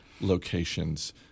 locations